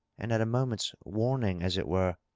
and at a mo ment's warning, as it were.